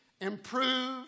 improve